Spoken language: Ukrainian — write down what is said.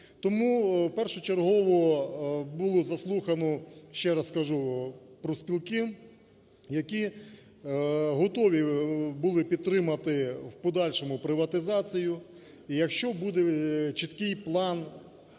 Тому першочергово було заслухано, ще раз кажу, профспілки, які готові були підтримати в подальшому приватизацію. І, якщо буде чіткий план